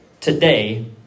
today